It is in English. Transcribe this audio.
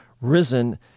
risen